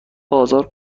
بازار